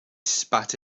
spat